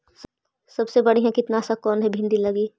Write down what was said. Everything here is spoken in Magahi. सबसे बढ़िया कित्नासक कौन है भिन्डी लगी?